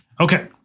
Okay